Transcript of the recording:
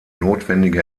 notwendige